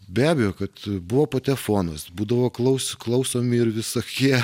be abejo kad buvo patefonas būdavo klau klausomi ir visokie